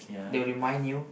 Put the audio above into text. they'll remind you